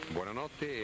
Buonanotte